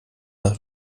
nach